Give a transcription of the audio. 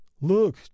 look